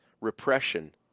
repression